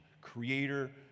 creator